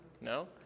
No